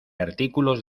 artículos